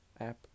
app